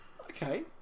Okay